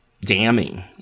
damning